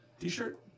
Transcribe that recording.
T-shirt